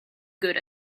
good